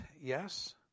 yes